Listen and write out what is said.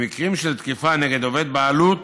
במקרים של תקיפה נגד עובד בעלות,